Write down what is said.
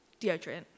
deodorant